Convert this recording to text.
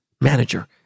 manager